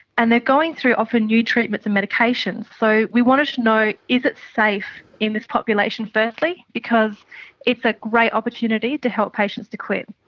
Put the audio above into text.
and they are going through often new treatments and medications, so we wanted to know is it safe in this population, firstly, because it's a great opportunity to help patients to quit.